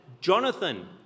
Jonathan